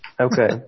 Okay